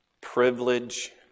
privilege